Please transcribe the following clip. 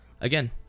again